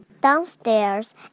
Downstairs